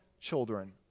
children